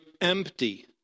empty